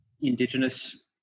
Indigenous